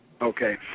Okay